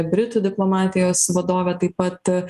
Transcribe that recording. britų diplomatijos vadovė taip pat